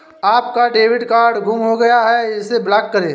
आपका debit card गुम हो गया है इसे ब्लॉक करें